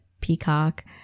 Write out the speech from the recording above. Peacock